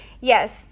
yes